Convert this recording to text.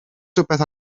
rhywbeth